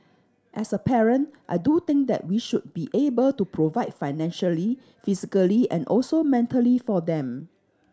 as a parent I do think that we should be able to provide financially physically and also mentally for them